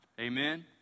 Amen